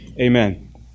amen